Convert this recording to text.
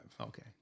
Okay